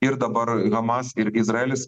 ir dabar hamasir izraelis